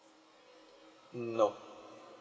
mm no